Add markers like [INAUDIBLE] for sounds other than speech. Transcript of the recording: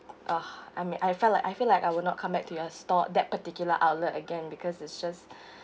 ah I'm I felt like I feel like I will not come back to your store that particular outlet again because it's just [BREATH]